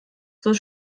soll